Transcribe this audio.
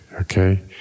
okay